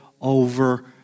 over